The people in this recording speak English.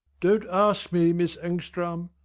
don't ask me, miss engstrand!